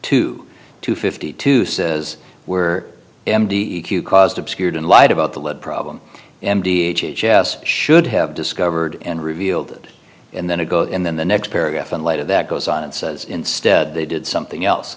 two to fifty two says where empty e q caused obscured and lied about the lead problem and should have discovered and revealed and then a go and then the next paragraph in light of that goes on and says instead they did something else